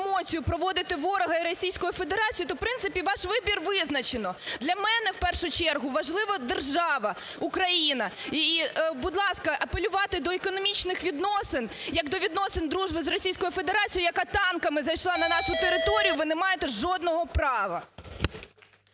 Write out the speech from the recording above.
проводите ворога Російської Федерації, то в принципі ваш вибір визначено. Для мене в першу чергу важлива держава Україна. І, будь ласка, апелювати до економічних відносин як до відносин дружби з Російською Федерацією, яка танками зайшла на нашу територію, ви не маєте жодного права.